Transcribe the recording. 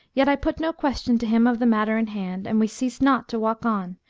yet i put no question to him of the matter in hand and we ceased not to walk on,